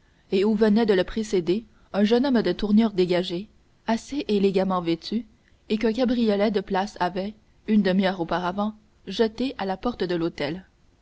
et où venait de le précéder un jeune homme de tournure dégagée assez élégamment vêtu et qu'un cabriolet de place avait une demi-heure auparavant jeté à la porte de l'hôtel